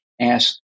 ask